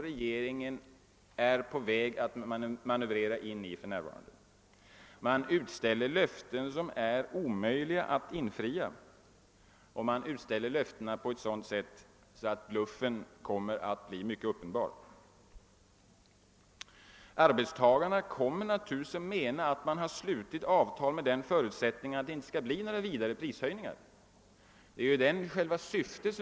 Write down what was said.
Regeringen håller på att manövrera in sig i en ohållbar situation. Den utställer löften som är omöjliga att infria och på ett sådant sätt att bluffen kommer att framstå som mycket uppenbar. Arbetstagarna kommer att mena att avtalen slutits under den förutsättningen att det inte skall bli några vidare prishöjningar.